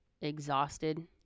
exhausted